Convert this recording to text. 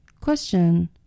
Question